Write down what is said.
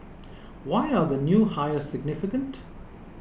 why are the new hires significant